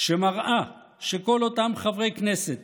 שמראה שכל אותם חברי כנסת